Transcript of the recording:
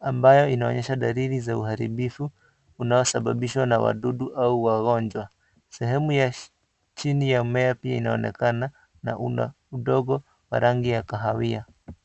ambayo inaonyesha dalili za uharibifu unaosababishwa na wadudu au wagonjwa. Sehemu ya chini ya mmea pia inaonekana na una udongo wa rangi ya kahawia.